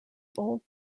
old